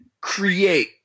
create